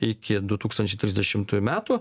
iki du tūkstančiai trisdešimtųjų metų